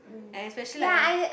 and especially like uh